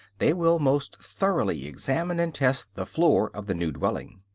they will most thoroughly examine and test the floor of the new dwelling.